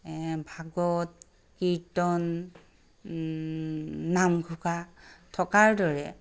ভাগৱত কীৰ্তন নামঘোষা থকাৰ দৰে